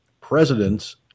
Presidents